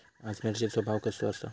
आज मिरचेचो भाव कसो आसा?